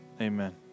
amen